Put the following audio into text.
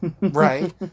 right